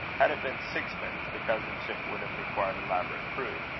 had it been sixpence, the cousinship would have required elaborate proof,